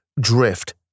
drift